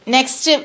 Next